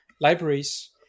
libraries